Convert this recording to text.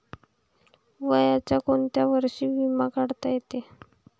वयाच्या कोंत्या वर्षी बिमा काढता येते?